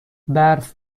برف